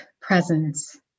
Presence